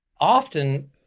often